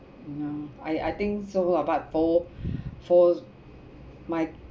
uh I I think so lah but for for my